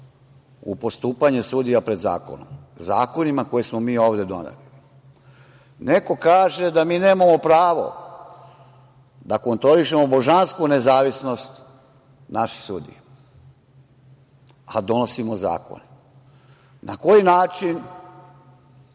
u postupanje sudija pred zakonom, zakonima koje smo mi ovde doneli. Neko kaže da mi nemamo pravo da kontrolišemo božansku nezavisnost naših sudija, a donosimo zakone. Na koji način,